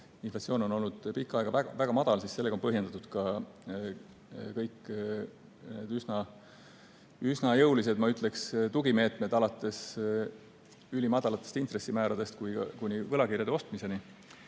inflatsioon on olnud pikka aega väga madal, siis sellega on põhjendatud kõik üsna jõulised, ma ütleksin, tugimeetmed alates ülimadalatest intressimääradest kuni võlakirjade ostmiseni.